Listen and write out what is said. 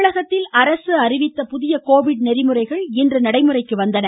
தமிழகத்தில் அரசு அறிவித்த புதிய கோவிட் நெறிமுறைகள் இன்று நடைமுறைக்கு வந்தன